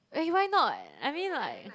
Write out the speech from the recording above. eh why not I mean like